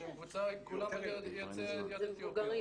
שהם כולם יוצאי אתיופיה,